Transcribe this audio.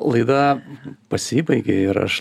laida pasibaigė ir aš